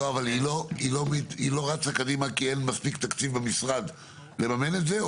אבל היא לא רצה קדימה כי אין מספיק תקציב במשרד לממן את זה,